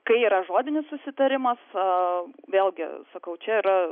kai yra žodinis susitarimas a vėlgi sakau čia yra